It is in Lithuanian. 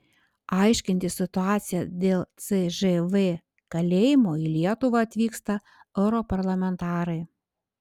aiškintis situaciją dėl cžv kalėjimo į lietuvą atvyksta europarlamentarai